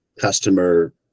Customer